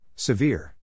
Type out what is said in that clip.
Severe